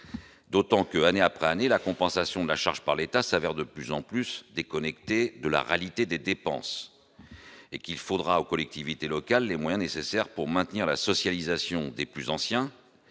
D'autant que, année après année la compensation de la charge par l'État, s'avère de plus en plus déconnectés de la réalité des dépenses et qu'il faudra aux collectivités locales les moyens nécessaires pour maintenir la socialisation des plus anciens